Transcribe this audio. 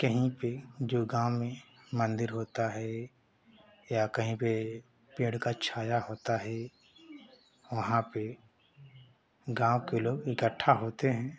कहीं पर जो गाँव में मन्दिर होता है या कहीं पर पेड़ की छाया होती है वहाँ पर गाँव के लोग इकठ्ठा होते हैं